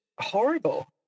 horrible